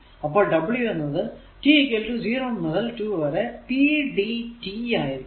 അപ്പോൾ w എന്നത് t 0 മുതൽ 2 വരെ pdt ആയിരിക്കും